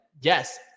yes